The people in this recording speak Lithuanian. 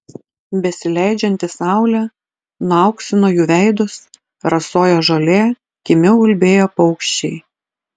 besileidžianti saulė nuauksino jų veidus rasojo žolė kimiau ulbėjo paukščiai